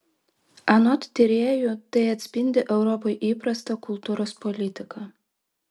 anot tyrėjų tai atspindi europai įprastą kultūros politiką